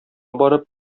барып